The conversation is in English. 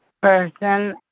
person